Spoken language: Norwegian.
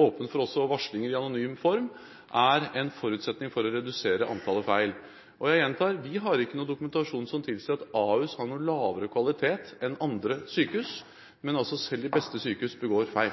åpen også for varslinger i anonym form, er en forutsetning for å redusere antallet feil. Jeg gjentar: Vi har ikke noen dokumentasjon som tilsier at Ahus har noe lavere kvalitet enn andre sykehus, men selv de beste sykehus begår feil.